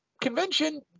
convention